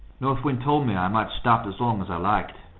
north wind told me i might stop as long as i liked,